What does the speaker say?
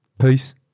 peace